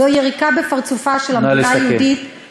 זו יריקה בפרצופה של המדינה היהודית, נא לסכם.